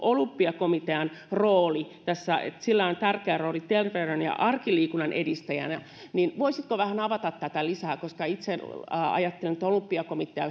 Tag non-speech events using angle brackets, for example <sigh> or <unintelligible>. olympiakomitean rooli jolla on tärkeä rooli terveyden ja arkiliikunnan edistäjänä niin voisitko vähän avata tätä lisää koska itse ajattelen että olympiakomitea <unintelligible>